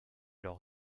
leur